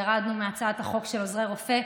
ירדנו מהצעת החוק של עוזרי רופא,